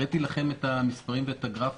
הראיתי לכם את המספרים ואת הגרפים.